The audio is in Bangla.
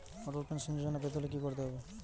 অটল পেনশন যোজনা পেতে হলে কি করতে হবে?